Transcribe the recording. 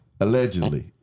Allegedly